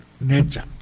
nature